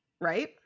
right